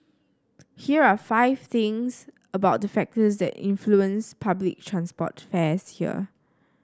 here are five things about the factors that influence public transport fares here